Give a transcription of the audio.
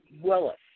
Willis